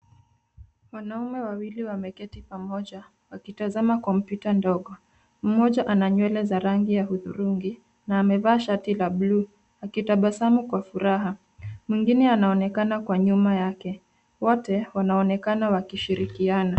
Wanaume wawili wameketi pamoja wakitazama kompyuta dogo. Mmoja ana nywele za rangi ya hudhurungi na amevaa shati la buluu, akitabasamu kwa furaha. Mwingine anaonekana kwa nyuma yake. Wote wanaonekana wakishirikiana.